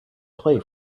play